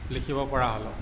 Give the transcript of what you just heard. লিখিব পৰা হ'লোঁ